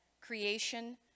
creation